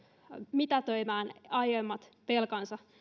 mitätöimään aiemmat velkansa